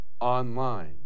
online